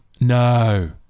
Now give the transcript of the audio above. No